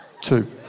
two